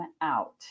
out